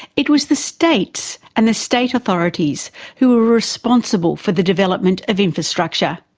it was the states and the state authorities who were responsible for the development of infrastructure.